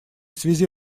связи